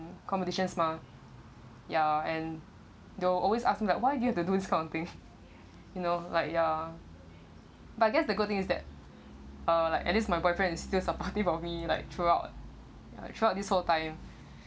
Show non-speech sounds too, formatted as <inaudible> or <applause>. competitions mah ya and though always ask me like why do you have to do this kind of thing <laughs> you know like ya but there's the good thing is that uh at least my boyfriend is still supportive <laughs> of me like throughout ya throughout this whole time